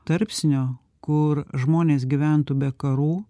tarpsnio kur žmonės gyventų be karų